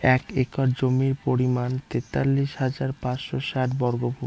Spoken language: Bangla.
এক একর জমির পরিমাণ তেতাল্লিশ হাজার পাঁচশ ষাট বর্গফুট